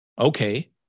Okay